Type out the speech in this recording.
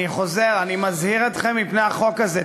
אני חוזר: אני מזהיר אתכם מפני החוק הזה.